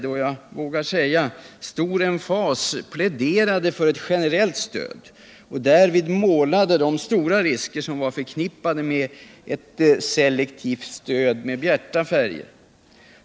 vågar jag säga, stor emfas pläderade för generellt stöd och därvid med bjärta färger målade upp de stora risker som de ansåg vara förknippade med ctt selektivt stöd.